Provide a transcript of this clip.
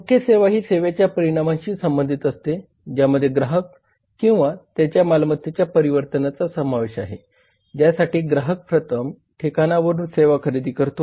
मुख्य सेवा ही सेवेच्या परिणामाशी संबंधित असते ज्यामध्ये ग्राहक किंवा त्याच्या मालमत्तेचेच्या परिवर्तनाचा समावेश आहे ज्यासाठी ग्राहक प्रथम ठिकाणावरून सेवा खरेदी करतो